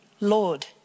Lord